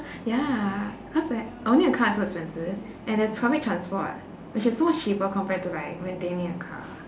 ya cause like owning a car is so expensive and there's public transport which is so much cheaper compared to like maintaining a car